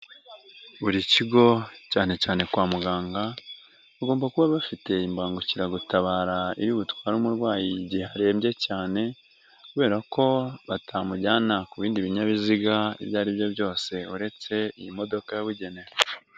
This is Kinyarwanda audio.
Buri kigo cyane cyane kwa muganga, bagomba kuba bafite imbangukiragutabara iributware umurwayi igihe arembye cyane, kubera ko batamujyana ku bindi binyabiziga ibyo ari byo byose, uretse iyi modoka yabugenewe.